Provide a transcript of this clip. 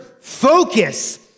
focus